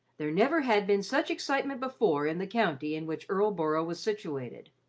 there never had been such excitement before in the county in which erleboro was situated.